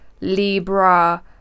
Libra